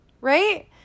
right